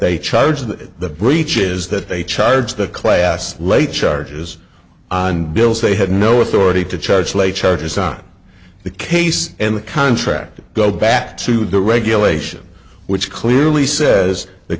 they charge that the breach is that they charged the class late charges on bills they had no authority to charge late charges on the case and the contract go back to the regulation which clearly says the